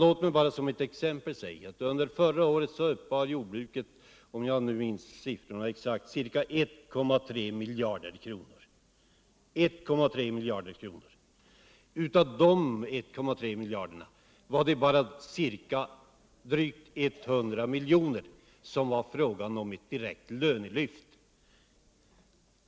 Låt mig som ett exempel nämna att jordbruket förra året uppbar, om jag minns rätt, ca 1.3 miljarder kronor. Av dessa 1.3 miljarder var det bara drygt 100 miljoner som gällde lönekompensation.